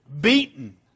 beaten